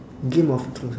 game of thrones